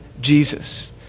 Jesus